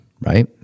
right